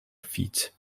feet